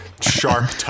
sharp